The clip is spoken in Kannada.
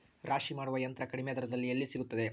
ರಾಶಿ ಮಾಡುವ ಯಂತ್ರ ಕಡಿಮೆ ದರದಲ್ಲಿ ಎಲ್ಲಿ ಸಿಗುತ್ತದೆ?